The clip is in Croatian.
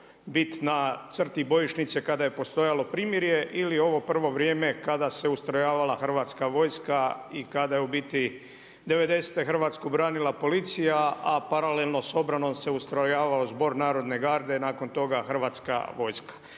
biti na crti bojišnice kada je postojalo primjere ili ovo prvo vrijeme kada se ustrojavala Hrvatska vojska i kada je u biti '90.-te Hrvatsku branila policija a paralelno sa obranom se ustrojavao Zbor narodne garde i nakon toga Hrvatska vojska.